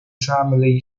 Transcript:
family